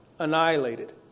annihilated